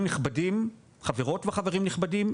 חברות וחברים נכבדים,